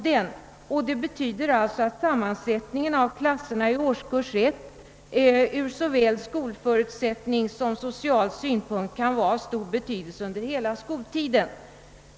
Det betyder att sammansättningen av klasserna i års kurs 1 såväl med hänsyn till skolförutsättningarna som ur social synpunkt kan vara av stor social betydelse under hela skoltiden.